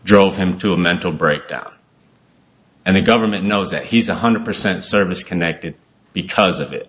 drove him to a mental breakdown and the government knows that he's one hundred percent service connected because of it